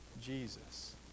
Jesus